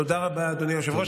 תודה רבה, אדוני היושב-ראש.